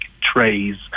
trays